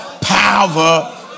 power